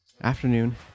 afternoon